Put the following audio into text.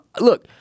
look